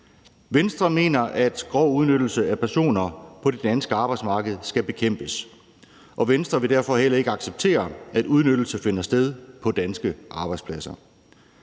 Venstre mener, at grov udnyttelse af personer på det danske arbejdsmarked skal bekæmpes, og Venstre vil derfor heller ikke acceptere, at udnyttelse finder sted på danske arbejdspladser.